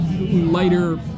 lighter